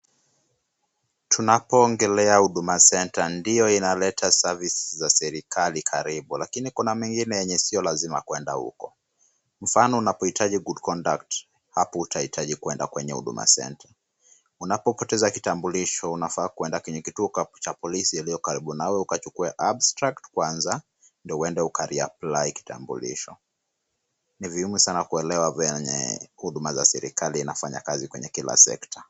Tunapoongelea Huduma Centre ndio inaleta service za serikali karibu lakini kuna mengine sio lazima kwenda huko, mfano unapohitaji good conduct hapo hutahitaji kwenda kwenye Huduma Centre, unapopoteza kitambulisho unafaa kwenda kwenye kituo cha polisi iliyo karibu nawe ukachukue abstract kwanza ndio uende ukareapply kitambulisho. Ni muhimu sana kuelewa venye huduma za serikali inafanya kazi kwenye kila sector .